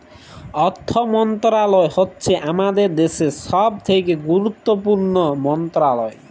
অথ্থ মলত্রলালয় হছে আমাদের দ্যাশের ছব থ্যাকে গুরুত্তপুর্ল মলত্রলালয়